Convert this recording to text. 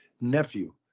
nephew